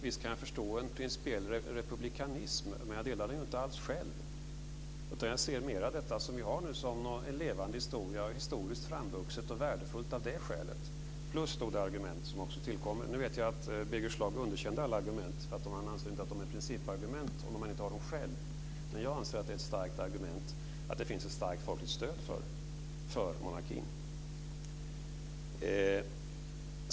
Visst kan jag förstå en principiell republikanism, men jag delar den ju inte alls själv. Jag ser det som vi har nu mer som en levande historia. Det är historiskt framvuxet och värdefullt av det skälet, plus de argument som också tillkommer. Nu vet jag att Birger Schlaug underkände alla argument. Han anser inte att de är principargument om han inte har dem själv. Men jag anser att det är ett starkt argument att det finns ett starkt folkligt stöd för monarkin.